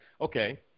okay